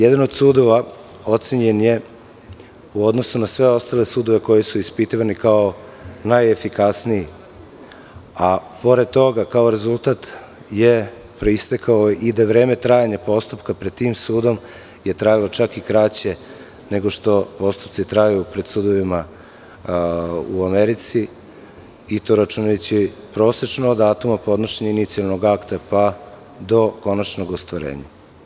Jedan od sudova ocenjen je, u odnosu na sve ostale sudove koji su ispitivani, kao najefikasniji, a pored toga, kao rezultat je proistekao i da vreme trajanja postupka pred tim sudom je trajalo čak i kraće nego što postupci traju pred sudovima u Americi i to računajući prosečno od datuma podnošenja inicijalnog akta, pa do konačnog ostvarenja.